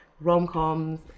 rom-coms